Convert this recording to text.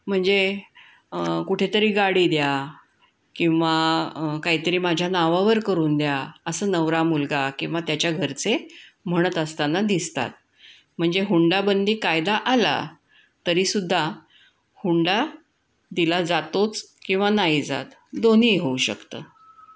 म्हणजे कुठे तरी गाडी द्या किंवा काही तरी माझ्या नावावर करून द्या असं नवरा मुलगा किंवा त्याच्या घरचे म्हणत असताना दिसतात म्हणजे हुंडाबंदी कायदा आला तरीसुद्धा हुंडा दिला जातोच किंवा नाही जात दोन्हीही होऊ शकतं